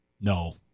No